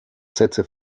sätze